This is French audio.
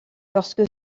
lorsque